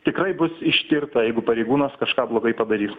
tikrai bus ištirta jeigu pareigūnas kažką blogai padarys